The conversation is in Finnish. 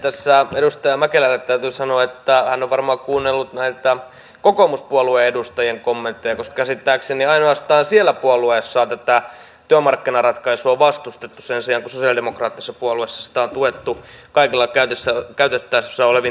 tässä edustaja mäkelälle täytyy sanoa että hän on varmaan kuunnellut näitä kokoomuspuolueen edustajien kommentteja koska käsittääkseni ainoastaan siellä puolueessa on tätä työmarkkinaratkaisua vastustettu kun sen sijaan sosialidemokraattisessa puolueessa sitä on tuettu kaikin käytettävissä olevin toimin